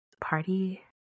party